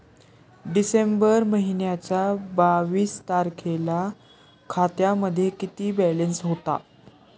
डिसेंबर महिन्याच्या बावीस तारखेला खात्यामध्ये किती बॅलन्स होता?